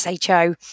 SHO